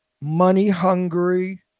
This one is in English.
money-hungry